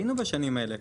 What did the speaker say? היינו בשנים האלה.